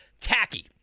Tacky